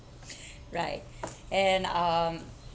right and um